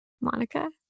Monica